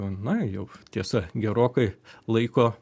na jau tiesa gerokai laiko